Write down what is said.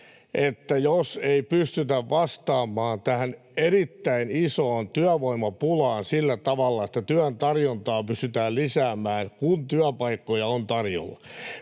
se, jos ei pystytä vastaamaan tähän erittäin isoon työvoimapulaan sillä tavalla, että työn tarjontaa pystytään lisäämään, kun työpaikkoja on tarjolla.